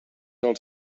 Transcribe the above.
als